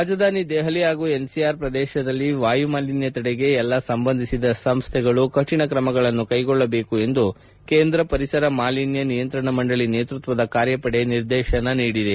ರಾಜಧಾನಿ ದೆಹಲಿ ಪಾಗೂ ಎನ್ಸಿಆರ್ ಪ್ರದೇಶದಲ್ಲಿ ವಾಯುಮಾಲಿನ್ತ ತಡೆಗೆ ಎಲ್ಲ ಸಂಬಂಧಿಸಿದ ಸಂಸ್ಥೆಗಳು ಕರಿಣ ಕ್ರಮಗಳನ್ನು ಕೈಗೊಳ್ಳಬೇಕು ಎಂದು ಕೇಂದ್ರ ಪರಿಸರ ಮಾಲಿನ್ಕ ನಿಯಂತ್ರಣ ಮಂಡಳಿ ನೇತೃತ್ವದ ಕಾರ್ತಪಡೆ ನಿರ್ದೇಶನ ನೀಡಿದೆ